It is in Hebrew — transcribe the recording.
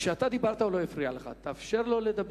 כשאתה דיברת הוא לא הפריע לך, תאפשר לו לדבר.